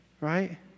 Right